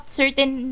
certain